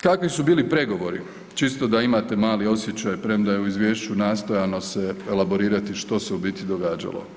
Kakvi su bili pregovori, čisto da imate mali osjećaj, premda je u izvješću nastojano se elaborirati što se u biti događalo?